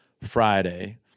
Friday